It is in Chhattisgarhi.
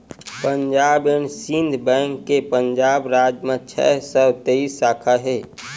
पंजाब एंड सिंध बेंक के पंजाब राज म छै सौ तेइस साखा हे